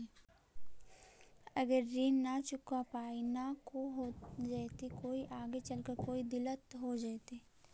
अगर ऋण न चुका पाई न का हो जयती, कोई आगे चलकर कोई दिलत हो जयती?